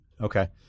Okay